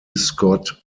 scott